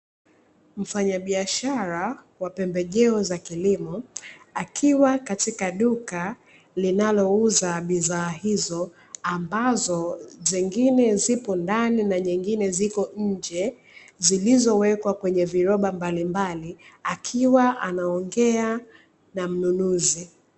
Mfanyabiashara wa pembejeo za kilimo akiwa katika duka linalouza bidhaa hizo, ambazo zengine zipo ndani na nyingine zipo nje zilizowekwa kwenye viroba mbalimbali akiwa anaongea na mnunuzi.